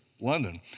London